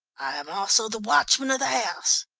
i am also the watchman of the house.